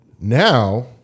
Now